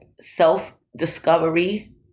self-discovery